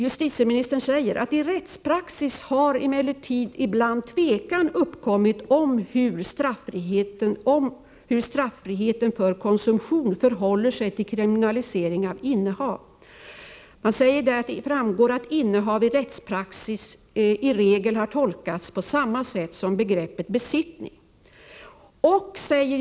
Justitieministern skriver där: ”I rättspraxis har emellertid ibland tvekan uppkommit om hur straffriheten för konsumtion —-—- förhåller sig till kriminaliseringen av innehav.” Han säger också att ”innehav i rättspraxis i regel har tolkats på samma sätt som begreppet besittning”.